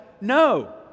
No